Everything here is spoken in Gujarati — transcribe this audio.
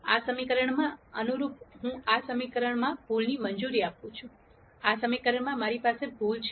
આ સમીકરણમાં અનુરૂપ હું આ સમીકરણમાં ભૂલની મંજૂરી આપું છું આ સમીકરણમાં મારી પાસે ભૂલ છે